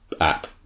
app